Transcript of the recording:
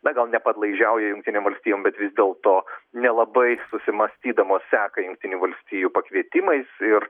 na gal nepadlaižiauja jungtinėm valstijom bet vis dėlto nelabai susimąstydamos seka jungtinių valstijų pakvietimais ir